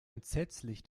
entsetzlich